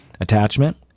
attachment